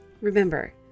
Remember